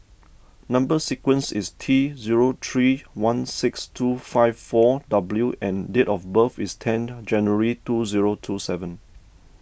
Number Sequence is T zero three one six two five four W and date of birth is ten January two zero two seven